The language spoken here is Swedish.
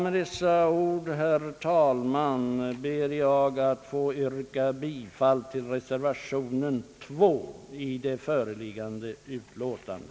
Med dessa ord, herr talman, ber jag att få yrka bifall till reservation 2 till föreliggande utlåtande.